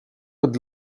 het